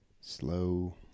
Slow